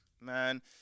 man